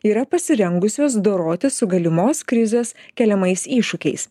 yra pasirengusios dorotis su galimos krizės keliamais iššūkiais